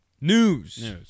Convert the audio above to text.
News